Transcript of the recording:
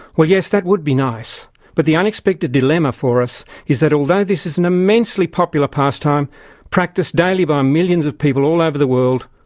well, yes, that would be nice but the unexpected dilemma for us is that although this is an immensely popular pastime practiced daily but millions of people all over the world,